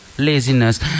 laziness